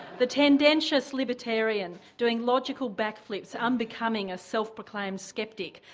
the tendentious libertarian doing logical backflips unbecoming a self-proclaimed skeptic,